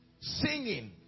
singing